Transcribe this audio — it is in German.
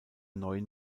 neuen